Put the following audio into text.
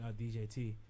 DJT